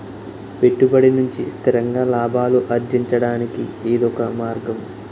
పెట్టుబడి నుంచి స్థిరంగా లాభాలు అర్జించడానికి ఇదొక మార్గం